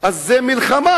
זו מלחמה.